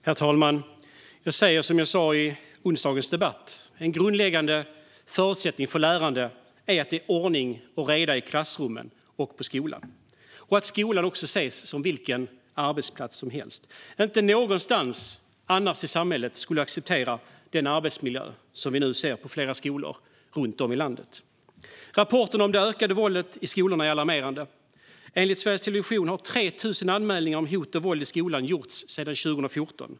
Herr talman! Jag säger som jag sa i onsdagens debatt: En grundläggande förutsättning för lärande är att det är ordning och reda i klassrummen och på skolan och att skolan ses som vilken arbetsplats som helst. Inte någon annanstans i samhället skulle vi acceptera den arbetsmiljö som vi nu ser på flera skolor runt om i landet. Rapporterna om det ökande våldet i skolorna är alarmerande. Enligt Sveriges Television har 3 000 anmälningar om hot och våld i skolan gjorts sedan 2014.